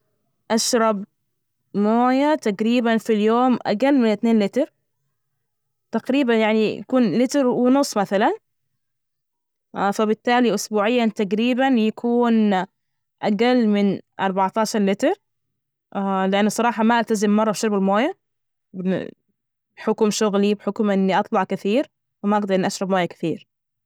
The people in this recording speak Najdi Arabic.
أشرب موية تجريبا في اليوم أجل من اثنين لتر. تقريبا يعني يكون لتر ونص مثلا، فبالتالي أسبوعيا تجريبا يكون أجل من اربعة عشر لتر، لأنه صراحة ما ألتزم مرة في شرب الموية. بحكم شغلي بحكم إني أطلع كثير فما أقدر أشرب موية كثير.